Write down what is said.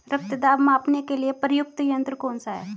रक्त दाब मापने के लिए प्रयुक्त यंत्र कौन सा है?